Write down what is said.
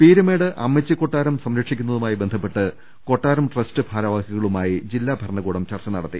പീരുമേട് അമ്മച്ചിക്കൊട്ടാരം സംരക്ഷിക്കുന്നതുമായി ബന്ധപ്പെട്ട് കൊട്ടാരം ട്രസ്റ്റ് ഭാരവാഹികളുമായി ജില്ലാ ഭരണകൂടം ചർച്ച നട ത്തി